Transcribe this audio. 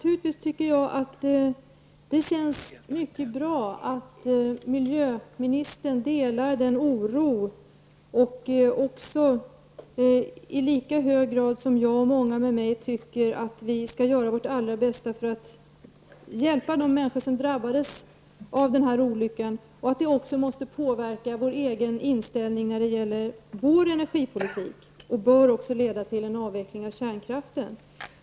Fru talman! Det känns mycket bra att miljöministern delar oron och i lika hög grad som jag och många med mig tycker att vi skall göra vårt allra bästa för att hjälpa de människor som drabbades av den här olyckan samt att det också måste påverka vår egen inställning när det gäller vår energipolitik och leda till en avveckling av kärnkraften.